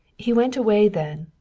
he went away then,